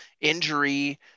injury